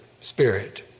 spirit